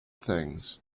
things